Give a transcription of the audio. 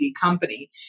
company